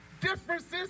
differences